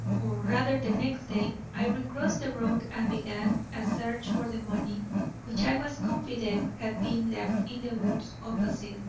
or rather the next day, i recrossed the road and began a search for the money which i was confident had been left in the woods opposite,